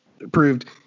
approved